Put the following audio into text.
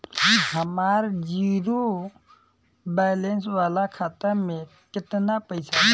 हमार zero balance वाला खाता में केतना पईसा बा?